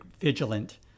vigilant